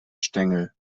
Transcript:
stängel